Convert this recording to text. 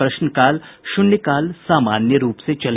प्रश्नकाल शून्यकाल सामान्य रूप से चले